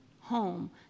home